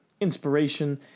inspiration